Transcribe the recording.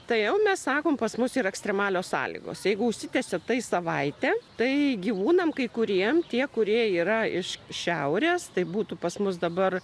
tai jau mes sakom pas mus yra ekstremalios sąlygos jeigu užsitęsia tai savaitę tai gyvūnam kai kuriem tie kurie yra iš šiaurės tai būtų pas mus dabar